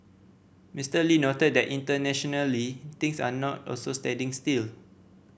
Mister Lee noted that internationally things are not also standing still